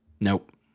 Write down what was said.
nope